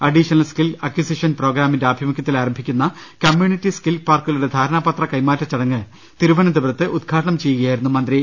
additional skill acquisition പ്രോഗ്രാമിന്റെ ആഭി മുഖ്യത്തിൽ ആരംഭിക്കുന്ന കമ്മ്യൂണിറ്റി സ്കിൽ പാർക്കുകളുടെ ധാരണാപത്ര കൈമാറ്റച്ചടങ്ങ് തിരുവനന്തപുരത്ത് ഉദ്ഘാടനം ചെയ്യു കയായിരുന്നു അദ്ദേഹം